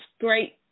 great